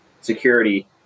security